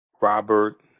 Robert